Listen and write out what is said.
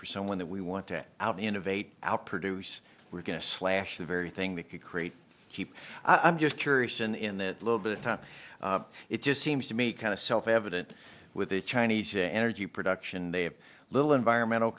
for someone that we want to out innovate out produce we're going to slash the very thing that could create cheap i'm just curious and in that little bit of time it just seems to me kind of self evident with the chinese energy production they have little environmental